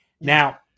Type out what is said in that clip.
Now